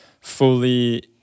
fully